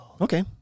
Okay